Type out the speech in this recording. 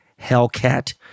Hellcat